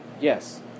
Yes